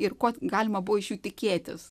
ir ko galima buvo iš jų tikėtis